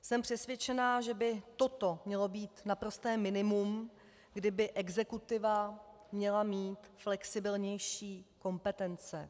Jsem přesvědčena, že by toto mělo být naprosté minimum, kdy by exekutiva měla mít flexibilnější kompetence.